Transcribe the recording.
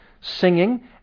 Singing